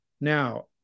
Now